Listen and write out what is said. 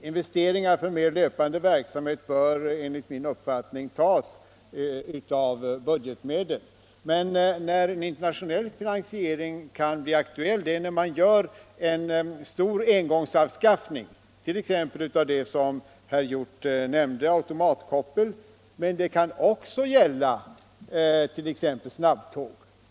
Investeringar för löpande verksamhet bör enligt min uppfattning tas av budgetmedel. Men en internationell finansiering kan bli aktuell när man gör en stor engångsanskaffning, exempelvis av automatkoppel, som herr Hjorth nämnde. Det kan också gälla anskaffning av t.ex. snabbtåg.